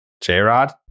J-Rod